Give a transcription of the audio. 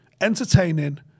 entertaining